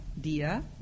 dia